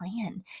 plan